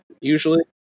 usually